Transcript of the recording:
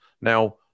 Now